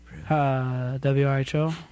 WRHO